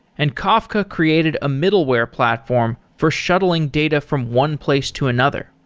and kafka created a middleware platform for shuttling data from one place to another.